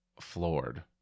floored